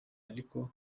ariko